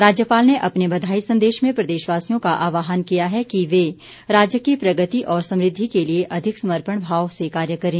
राज्यपाल ने अपने बधाई संदेश में प्रदेशवासियों का आहवान किया है कि वे राज्य की प्रगति और समूद्धि के लिए अधिक समर्पण भाव से कार्य करे